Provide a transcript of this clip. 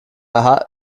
aha